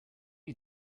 are